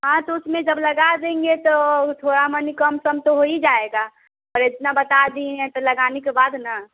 हाँ तो उसमें जब लगा देंगे तो वह थोड़ा मनी कम सम तो हो ही जाएगा पर इतना बता दी हैं तो लगाने के बाद ना